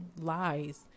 lies